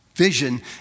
vision